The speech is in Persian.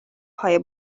های